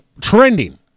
trending